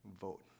Vote